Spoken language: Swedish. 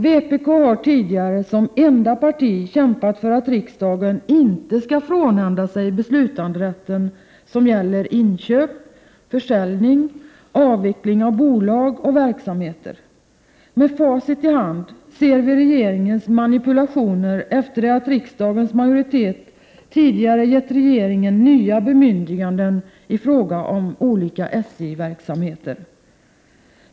Vpk har tidigare såsom enda parti kämpat för att riksdagen inte skall frånhända sig beslutanderätten, som gäller inköp, försäljning, avveckling av bolag och verksamheter. Med facit i hand ser vi regeringens manipulationer efter det att riksdagens majoritet tidigare gett regeringen nya bemyndiganden i fråga om olika SJ-verksamheter.